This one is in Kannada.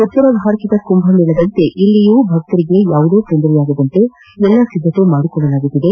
ಉತ್ತರ ಭಾರತದ ಕುಂಭ ಮೇಳದಂತೆ ಇಲ್ಲಿಯೂ ಭಕ್ತಾಧಿಗಳಿಗೆ ಯಾವುದೇ ತೊಂದರೆಯಾಗದಂತೆ ಎಲ್ಲಾ ಸಿದ್ದತೆ ಮಾಡಿಕೊಳ್ಳಲಾಗುತ್ತಿದೆ